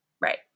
Right